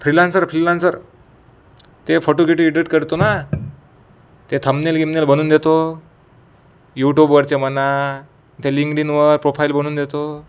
freelancer freelancer ते फोटोगिट edit करतो ना ते थमनेल गिमनेल बनवून देतो यूटूबवरचे म्हणा ते लिंगडिनवर प्रोफाइल बनवून देतो